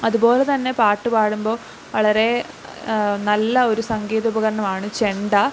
അതുപോലെ തന്നെ പാട്ടു പാടുമ്പോൾ വളരെ നല്ല ഒരു സംഗീത ഉപകരണമാണ് ചെണ്ട